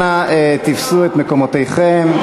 אנא תפסו את מקומותיכם.